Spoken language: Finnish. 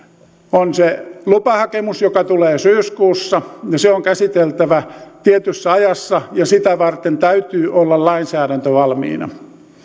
on se lupahakemus joka tulee syyskuussa se on käsiteltävä tietyssä ajassa ja sitä varten täytyy olla lainsäädäntö valmiina